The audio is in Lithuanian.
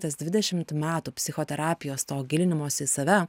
tas dvidešimt metų psichoterapijos to gilinimosi į save